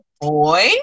boy